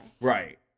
Right